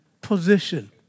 position